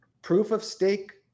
proof-of-stake